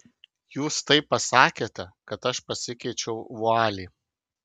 jūs taip pasakėte kad aš pasikeičiau vualį